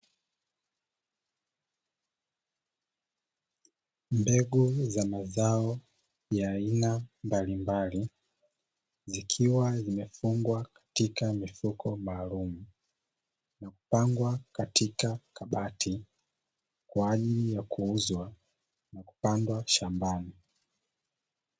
Mbegu za mazao ya aina mbalimbali, zikiwa zimefungwa katika mifuko maalumu na kupangwa katika kabati kwaajili ya kuuzwa na kupandwa shambani.